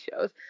shows